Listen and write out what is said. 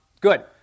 Good